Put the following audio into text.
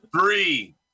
three